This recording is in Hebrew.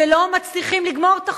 ולא מצליחים לגמור את החודש.